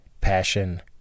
Passion